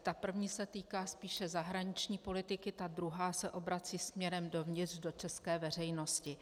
Ta první se týká spíše zahraniční politiky, ta druhá se obrací směrem dovnitř, do české veřejnosti.